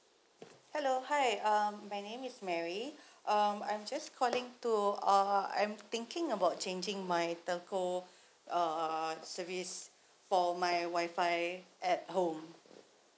hello hi um my name is mary um I'm just calling to uh I'm thinking about changing my telco err service for my wifi at home